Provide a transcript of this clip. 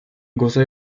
глаза